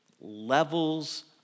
levels